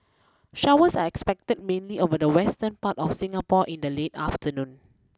showers are expected mainly over the western part of Singapore in the late afternoon